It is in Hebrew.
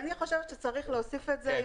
אני חושבת שצריך להוסיף את זה.